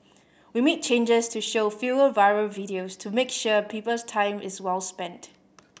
we made changes to show fewer viral videos to make sure people's time is well spent